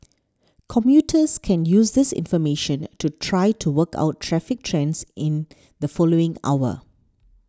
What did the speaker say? commuters can use this information to try to work out traffic trends in the following hour